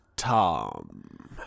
Tom